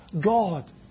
God